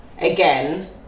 again